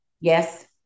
Yes